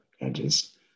edges